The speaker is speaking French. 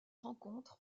rencontres